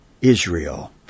Israel